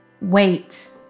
wait